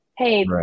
hey